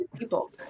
people